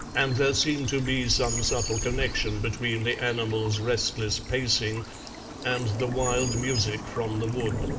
and there seemed to be some subtle connection between the animal's restless pacing and the wild music from the wood.